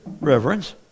Reverence